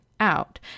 out